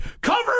Cover